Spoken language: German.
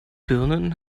birnen